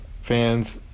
fans